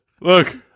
look